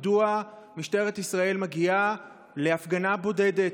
מדוע משטרת ישראל מגיעה להפגנה בודדת,